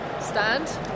stand